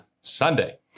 Sunday